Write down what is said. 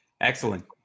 excellent